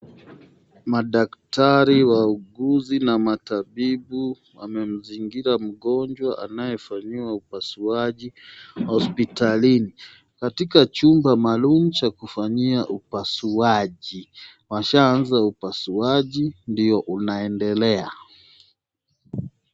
Madaktari, wauguzi na matabibu wamemuzingira mgonjwa anayefanyiwa upasuaji hospitalini, katika chumba maalum cha kufanyia upasuaji. Washa anza upasuaji unaendelea.